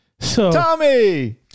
Tommy